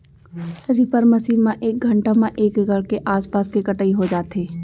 reaper machine म एक घंटा म एक एकड़ के आसपास के कटई हो जाथे